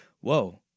Whoa